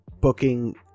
booking